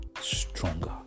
stronger